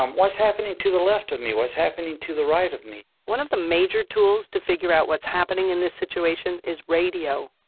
um what's happening to the left of me? what's happening to the right of me? one of the major tools to figure out what's happening in this situation is radio.